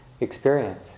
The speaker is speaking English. experience